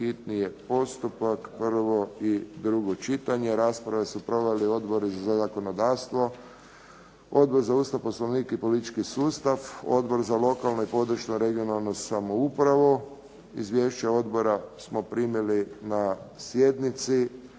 Predlagatelj: zastupnik Vladimir Šeks Rasprave su proveli Odbori za zakonodavstvo, Odbor za Ustav, Poslovnik i politički sustav, Odbor za lokalnu i područnu, regionalnu samoupravu. Izvješće Odbora smo primili na sjednici,